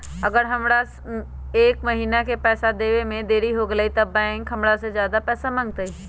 अगर हमरा से एक महीना के पैसा देवे में देरी होगलइ तब बैंक हमरा से ज्यादा पैसा मंगतइ?